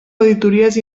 auditories